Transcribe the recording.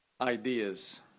ideas